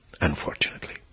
unfortunately